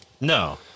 No